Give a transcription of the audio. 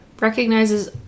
recognizes